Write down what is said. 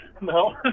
no